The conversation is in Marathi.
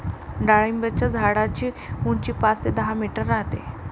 डाळिंबाच्या झाडाची उंची पाच ते दहा मीटर राहते